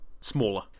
smaller